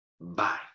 bye